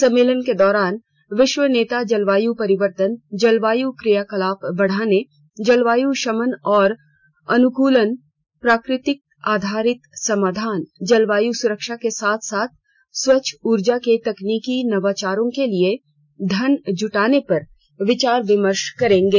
सम्मेलन के दौरान विश्व नेता जलवायु परिवर्तन जलवायु कियाकलाप बढ़ाने जलवायु शमन और अनुकूलन प्रकृति आधारित समाधान जलवायु सुरक्षा के साथं साथ स्वच्छ ऊर्जा के तकनीकी नवाचारों के लिए धन जुटाने पर विचार विमर्श करेंगे